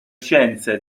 scienze